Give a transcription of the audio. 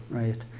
right